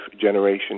generation